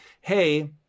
hey